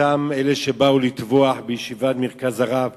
ואותם אלה שבאו לטבוח בישיבת "מרכז הרב"